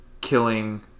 killing